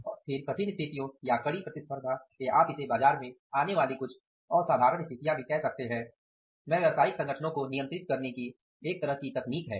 और फिर कठिन स्थितियों या कड़ी प्रतिस्पर्धा या आप इसे बाजार में आने वाली कुछ असाधारण स्थितियों भी कह सकते हैंमें व्यावसायिक संगठनों को नियंत्रित करने की एक तरह की तकनीक है